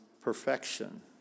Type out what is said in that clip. perfection